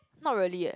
not really leh